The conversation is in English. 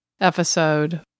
episode